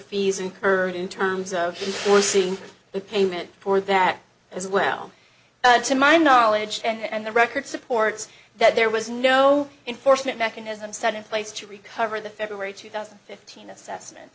fees incurred in terms of enforcing the payment for that as well to my knowledge and the record supports that there was no enforcement mechanism set in place to recover the february two thousand fifteen assessment